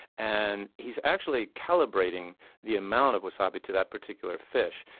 and he's actually calibrating the amount of wasabi to that particular fish.